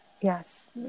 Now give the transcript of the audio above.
yes